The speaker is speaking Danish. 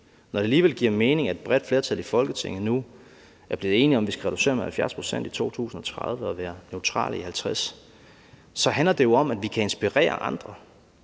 når det alligevel giver mening, at et bredt flertal i Folketinget nu er blevet enige om, at vi skal reducere med 70 pct. i 2030 og være neutrale i 2050, så handler det jo om, at vi kan inspirere andre.